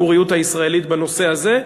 יש ויכוח בציבוריות הישראלית בנושא הזה,